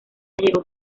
llegó